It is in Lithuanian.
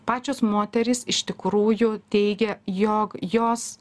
pačios moterys iš tikrųjų teigia jog jos